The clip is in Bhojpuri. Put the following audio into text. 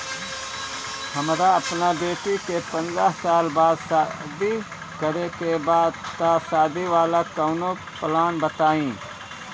हमरा अपना बेटी के पंद्रह साल बाद शादी करे के बा त शादी वाला कऊनो प्लान बताई?